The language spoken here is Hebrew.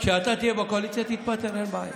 כשתהיה בקואליציה, תתפטר, אין בעיה.